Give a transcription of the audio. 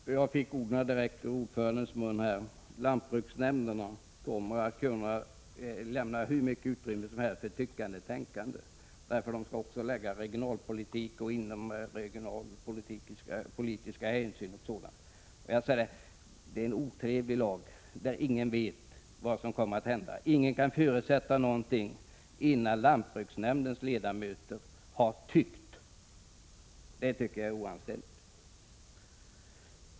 Fru talman! Jag fick orden direkt från utskottsordförandens mun: Lantbruksnämnderna kommer att kunna lämna hur mycket utrymme som helst för tyckande och tänkande. De skall nämligen också ta regionalpolitiska och inomregionala hänsyn o. d. Detta är en otrevlig lag. Ingen vet vad som kommer att hända. Ingen kan förutsätta någonting, innan lantbruksnämndens ledamöter har tyckt. Det anser jag är oanständigt.